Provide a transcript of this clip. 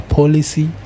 policy